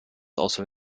also